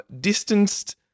distanced